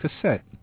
cassette